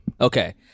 Okay